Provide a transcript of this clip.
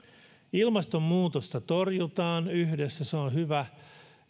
ilmastonmuutosta torjutaan yhdessä se on hyvä